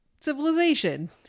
civilization